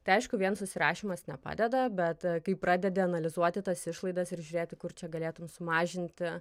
tai aišku vien susirašymas nepadeda bet kai pradedi analizuoti tas išlaidas ir žiūrėti kur čia galėtum sumažinti